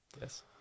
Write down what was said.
Yes